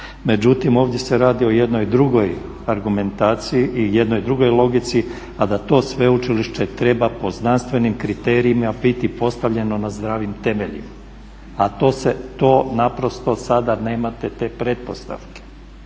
Međutim, ovdje se radi o jednoj drugoj argumentaciji i jednoj drugoj logici a da to sveučilište treba po znanstvenim kriterijima biti postavljeno na zdravim temeljima, a to naprosto sada nemate te pretpostavke.